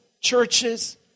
churches